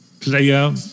player